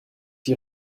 die